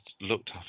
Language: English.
looked